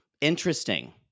Interesting